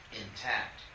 intact